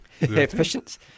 Efficiency